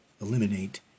eliminate